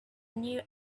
new